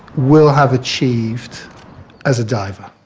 will have achieved as a diver.